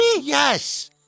Yes